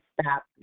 stop